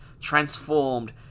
transformed